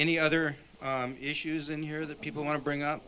any other issues in here that people want to bring up